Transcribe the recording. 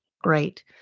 Great